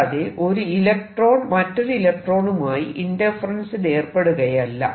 അല്ലാതെ ഒര് ഇലക്ട്രോൺ മറ്റൊരു ഇലക്ട്രോണുമായി ഇന്റർഫെറെൻസിലേർപ്പെടുകയല്ല